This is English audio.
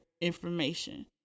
information